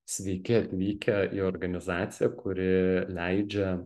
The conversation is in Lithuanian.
sveiki atvykę į organizaciją kuri leidžia